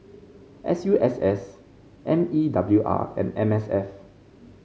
S U S S M E W R and M S F